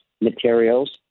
materials